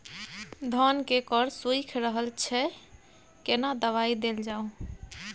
धान के कॉर सुइख रहल छैय केना दवाई देल जाऊ?